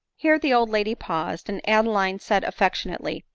here the old lady paused, and adeline said affection ately,